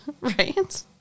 Right